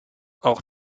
auch